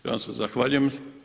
Ja vam se zahvaljujem.